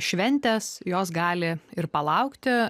šventės jos gali ir palaukti